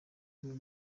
by’uyu